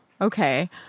Okay